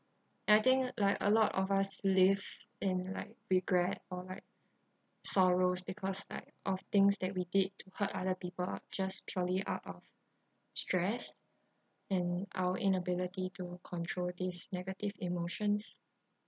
I think like a lot of us lived in like regret or like sorrows because like of things that we did to hurt other people are just purely out of stress and our inability to control these negative emotions